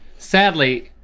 sadly,